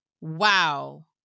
Wow